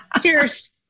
Cheers